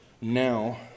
now